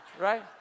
right